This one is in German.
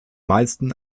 meisten